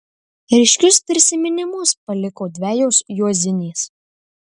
ryškius prisiminimus paliko dvejos juozinės